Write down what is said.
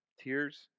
tears